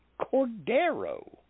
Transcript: Cordero